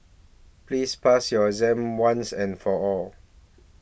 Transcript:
please pass your exam once and for all